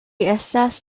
estas